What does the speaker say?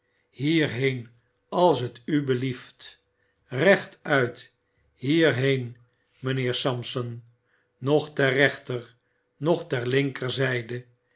hierheen als t u belieft rechtuit hierheen mgnheer sampson noch ter rechter nochter linkerzjjde